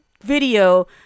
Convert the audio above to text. video